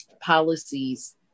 policies